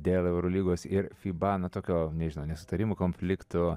dėl eurolygos ir fiba na tokių nežinau nesutarimų konfliktų